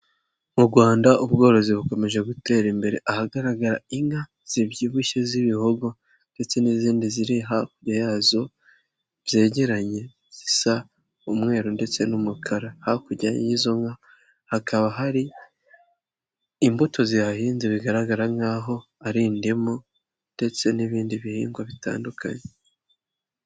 Mu Rwanda ubworozi bukomeje gutera imbere, ahagaragara inka zibyibushye z'ibihogo ndetse n'izindi ziri hakurya yazo byegeranye zisa umweru ndetse n'umukara. Hakurya y'izo nka hakaba hari imbuto zihahinze bigaragara nkaho ari indimu ndetse n'ibindi bihingwa bitandukanye.